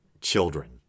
children